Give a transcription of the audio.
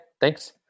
thanks